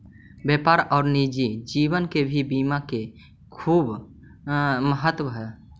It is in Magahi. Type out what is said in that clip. व्यापार और निजी जीवन में भी बीमा के खूब महत्व हई